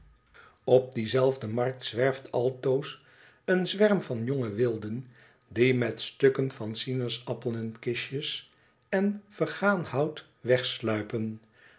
op die zelfde markt zwerft altoos een zwerm van jonge wilden iie met stukken van sinaasappelen kistjes en vergaan hout wegsluipen